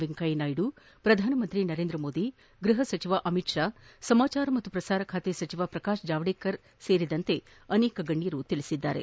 ವೆಂಕಯ್ಯ ನಾಯ್ಲು ಪ್ರಧಾನಮಂತ್ರಿ ನರೇಂದ್ರ ಮೋದಿ ಗ್ಬಹ ಸಚಿವ ಅಮಿತ್ ಷಾ ಸಮಾಚಾರ ಮತ್ತು ಪ್ರಸಾರ ಖಾತೆ ಸಚಿವ ಪ್ರಕಾಶ್ ಜಾವಡೇಕರ್ ಮೊದಲಾದ ಗಣ್ಯರು ಹೇಳಿದ್ದಾರೆ